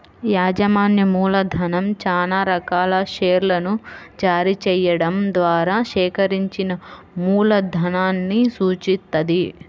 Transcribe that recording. యాజమాన్య మూలధనం చానా రకాల షేర్లను జారీ చెయ్యడం ద్వారా సేకరించిన మూలధనాన్ని సూచిత్తది